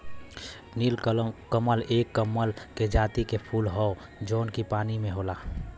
नीलकमल एक कमल के जाति के फूल हौ जौन की पानी में होला